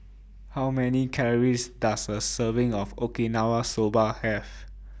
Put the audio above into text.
How Many Calories Does A Serving of Okinawa Soba Have